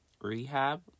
Rehab